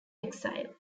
exile